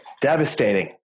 devastating